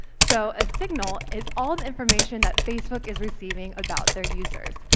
so a signal is all the information that facebook is receiving about their users.